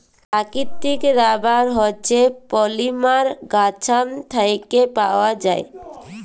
পাকিতিক রাবার হছে পলিমার গাহাচ থ্যাইকে পাউয়া যায়